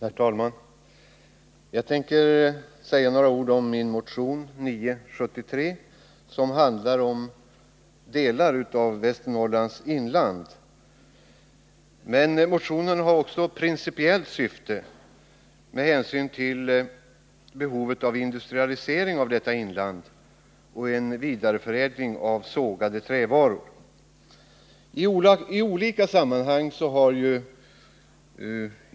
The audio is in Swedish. Herr talman! Jag tänker säga några ord om min motion 973, som handlar om delar av Västernorrlands inland. Motionen har också ett principiellt syfte med tanke på behovet av industrialisering av detta inland och vidareförädling av sågade trävaror.